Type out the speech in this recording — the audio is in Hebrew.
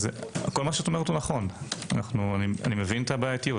כל מה שאת אומרת נכון, אני מבין את הבעייתיות.